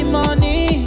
money